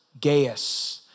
Gaius